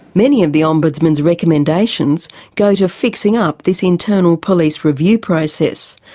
many of the ombudsman's recommendations go to fixing up this internal police review process.